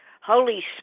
Holy